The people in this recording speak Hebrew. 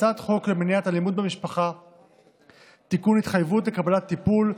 הצעת חוק למניעת אלימות במשפחה (תיקון) (התחייבות לקבלת טיפול),